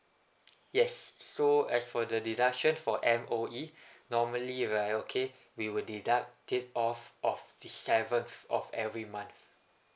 yes so as for the deduction for M_O_E normally right okay we will deduct it off of the seventh of every month